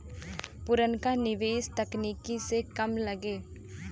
पुरनका निवेस तकनीक से कम लगे